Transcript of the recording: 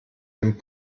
dem